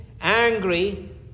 angry